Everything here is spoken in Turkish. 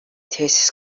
tesis